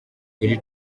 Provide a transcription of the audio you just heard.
iri